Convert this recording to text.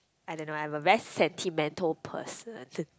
I don't know I'm a best sentimental person